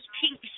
pink